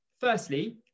firstly